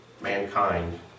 mankind